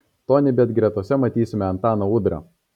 tonybet gretose matysime antaną udrą